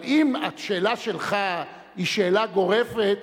אבל אם השאלה שלך היא שאלה גורפת,